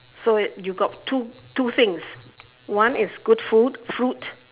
so it you got two two things one is good food fruit